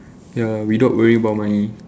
ya without worrying about money